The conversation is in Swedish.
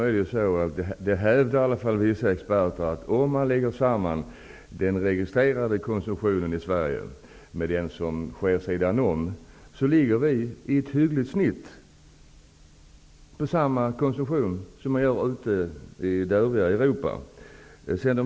Fru talman! Vissa experter säger att om man lägger samman den registrerade konsumtionen i Sverige med den som sker vid sidan om, ligger vi i snitt på samma konsumtionsnivå som övriga Europa.